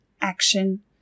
action